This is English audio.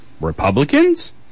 Republicans